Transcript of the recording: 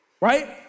Right